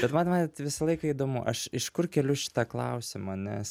bet man vat visą laiką įdomu aš iš kur keliu šitą klausimą nes